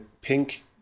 pink